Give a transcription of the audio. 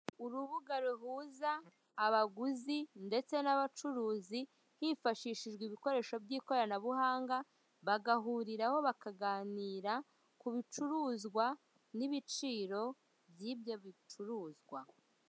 Urubuga ruhuza abaguzi ndetse n'abacuruzi hifashishijwe ibikorwa by'ikoranabuhanga, bagahuriraho bazaganira ku bicuruzwa n'ibiciro by'ibyo bicuruzwa.